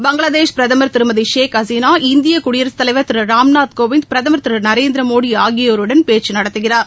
பங்களாதேஷ் பிரதமர் திருமதி ஷேக் ஹசினா இந்திய குடியரசுத் தலைவர் திரு ராம்நாத் கோவிந்த் பிரதமர் திரு நரேந்திர மோடி ஆகியேயாருடன் பேச்சு நடத்துகிறார்